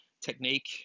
technique